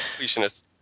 completionist